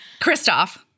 Kristoff